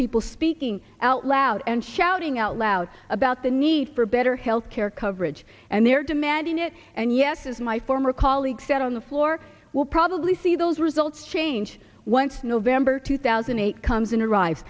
people speaking out loud and shouting out loud about the need for better health care coverage and they're demanding it and yes as my former colleague said on the floor we'll probably see those results change once november two thousand and eight comes in arrives